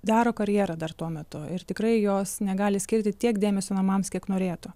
daro karjerą dar tuo metu ir tikrai jos negali skirti tiek dėmesio namams kiek norėtų